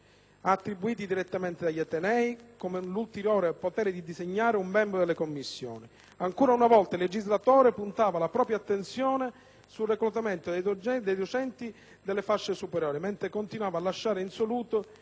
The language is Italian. attribuiti direttamente agli atenei, con l'ulteriore potere di designare un membro delle commissioni. Ancora una volta il legislatore puntava la propria attenzione sul reclutamento dei docenti delle fasce superiori, mentre continuava a lasciare insoluto